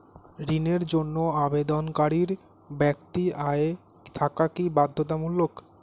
ঋণের জন্য আবেদনকারী ব্যক্তি আয় থাকা কি বাধ্যতামূলক?